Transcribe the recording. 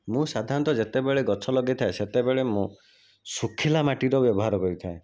ମୁଁ ସାଧାରଣତଃ ଯେତେବେଳେ ଗଛ ଲଗେଇଥାଏ ସେତେବେଳେ ମୁଁ ଶୁଖିଲା ମାଟିର ବ୍ୟବହାର କରିଥାଏ